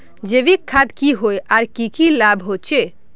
जैविक खाद की होय आर की की लाभ होचे?